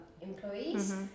employees